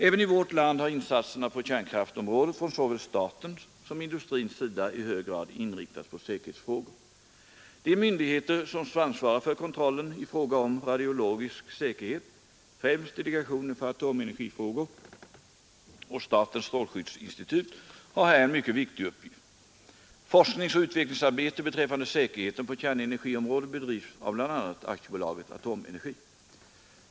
Även i vårt land har insatserna på kärnkraftområdet från såväl statens som industrins sida i hög grad inriktats på säkerhetsfrågor. De myndigheter som ansvarar för kontrollen i fråga om radiologisk säkerhet, främst delegationen för atomenergifrågor och statens strålskyddsinstitut, har här en mycket viktig uppgift. Forskningsoch utvecklingsarbete beträffande säkerheten på kärnenergiområdet bedrivs av bl.a. AB Atomenergi.